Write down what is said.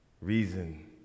reason